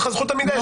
אין לך זכות עמידה.